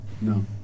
No